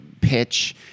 pitch